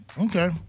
okay